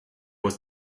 was